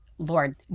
Lord